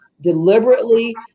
deliberately